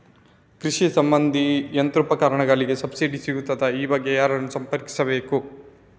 ಕೃಷಿ ಸಂಬಂಧಿ ಯಂತ್ರೋಪಕರಣಗಳಿಗೆ ಸಬ್ಸಿಡಿ ಸಿಗುತ್ತದಾ? ಈ ಬಗ್ಗೆ ಯಾರನ್ನು ಸಂಪರ್ಕಿಸಬೇಕು?